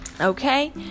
Okay